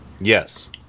Yes